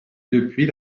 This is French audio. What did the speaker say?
depuis